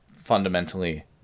fundamentally